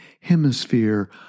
hemisphere